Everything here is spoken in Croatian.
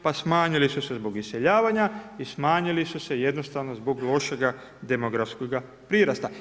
Pa smanjili su se zbog iseljavanja i smanjili su se jednostavno zbog lošega demografskoga prirasta.